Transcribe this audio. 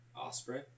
Osprey